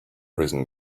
prison